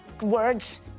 Words